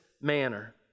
manner